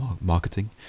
marketing